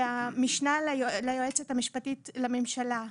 ולמשנה ליועצת המשפטית של הממשלה,